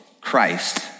Christ